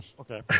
Okay